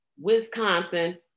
Wisconsin